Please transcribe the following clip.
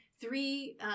Three